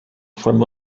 from